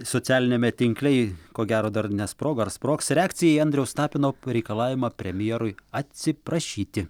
socialiniame tinkle ji ko gero dar nesprogo ar sprogs reakcija į andriaus tapino pareikalavimą premjerui atsiprašyti